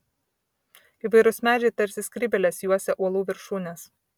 įvairūs medžiai tarsi skrybėlės juosė uolų viršūnes